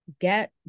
get